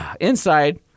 Inside